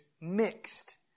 mixed